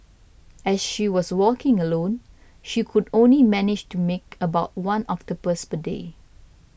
as she was working alone she could only manage to make about one octopus per day